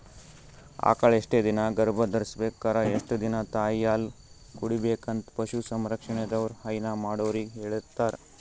ಆಕಳ್ ಎಷ್ಟ್ ದಿನಾ ಗರ್ಭಧರ್ಸ್ಬೇಕು ಕರಾ ಎಷ್ಟ್ ದಿನಾ ತಾಯಿಹಾಲ್ ಕುಡಿಬೆಕಂತ್ ಪಶು ಸಂರಕ್ಷಣೆದವ್ರು ಹೈನಾ ಮಾಡೊರಿಗ್ ಹೇಳಿರ್ತಾರ್